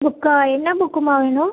புக்கா என்ன புக்கும்மா வேணும்